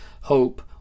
hope